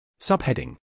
Subheading